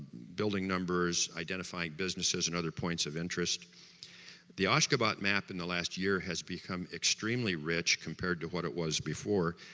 building numbers, identifying businesses, and other points of interest the ashgabat ashgabat map in the last year has become extremely rich compared to what it was before,